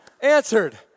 answered